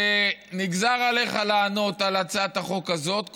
שנגזר עליך לענות על הצעת החוק הזאת,